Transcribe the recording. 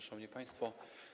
Szanowni Państwo!